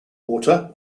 water